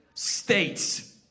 states